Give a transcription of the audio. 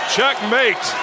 Checkmate